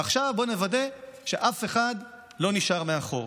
עכשיו, בואו נוודא שאף אחד לא נשאר מאחור.